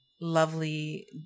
lovely